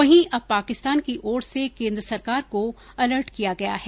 वहीं अब पाकिस्तान की ओर से केन्द्र सरकार को अलर्ट किया गया है